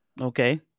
Okay